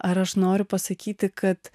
ar aš noriu pasakyti kad